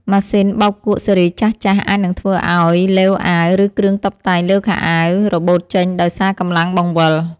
ម៉ាស៊ីនបោកគក់ស៊េរីចាស់ៗអាចនឹងធ្វើឱ្យឡេវអាវ ឬគ្រឿងតុបតែងលើខោអាវរបូតចេញដោយសារកម្លាំងបង្វិល។